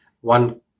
one